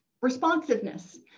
responsiveness